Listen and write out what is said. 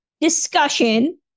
discussion